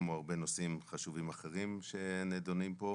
כמו הרבה נושאים חשובים אחרים שנדונים פה.